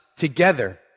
Together